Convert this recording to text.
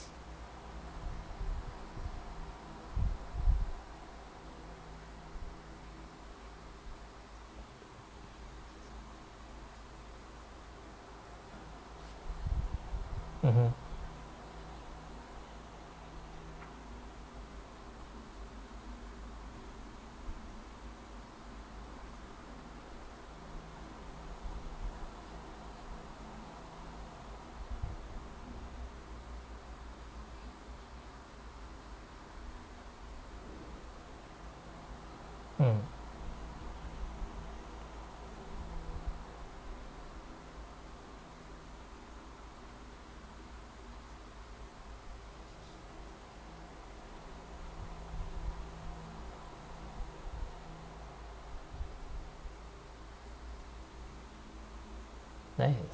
mmhmm mm nice